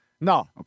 No